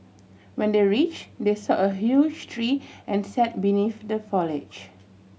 when they reach they saw a huge tree and sat beneath the foliage